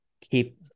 keep